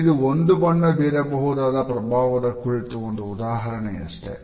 ಇದು ಒಂದು ಬಣ್ಣ ಬೀರಬಹುದಾದ ಪ್ರಭಾವದ ಕುರಿತು ಒಂದು ಉದಾಹರಣೆಯಷ್ಟೆ